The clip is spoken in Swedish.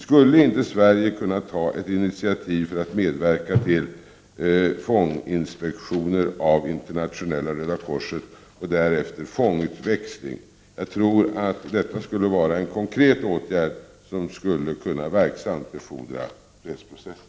Skulle inte Sverige kunna ta ett initiativ för att medverka till fånginspektioner av Internationella Röda korset och därefter fångutväxling? Jag tror att detta skulle vara en konkret åtgärd, som skulle kunna verksamt befordra fredsprocessen.